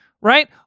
right